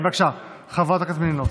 בבקשה, חברת הכנסת מלינובסקי,